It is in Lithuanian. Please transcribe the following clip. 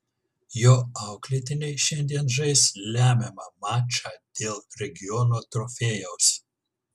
jo auklėtiniai šiandien žais lemiamą mačą dėl regiono trofėjaus